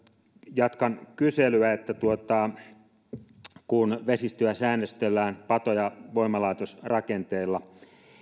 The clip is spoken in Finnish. jatkan kyselyä että kun vesistöä säännöstellään pato ja voimalaitosrakenteilla